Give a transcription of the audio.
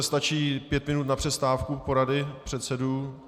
Stačí pět minut na přestávku porady předsedů?